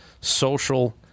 social